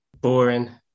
Boring